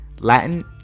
Latin